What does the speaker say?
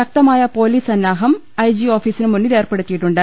ശക്തമായ പൊലീസ് സന്നാഹം I G ഓഫീസിനു മുന്നിൽ ഏർപ്പെടുത്തിയിട്ടുണ്ട്